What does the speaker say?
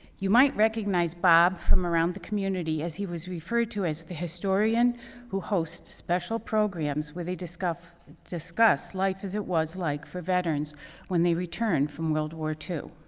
you might recognize bob from around the community, as he was referred to as the historian who hosts special programs where they discuss discuss life as it was like for veterans when they returned from world war ii.